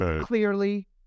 clearly